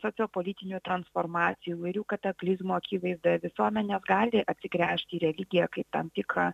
sociopolitinių transformacijų įvairių kataklizmų akivaizdoj visuomenės gali atsigręžti į religiją kaip tam tikrą